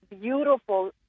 beautiful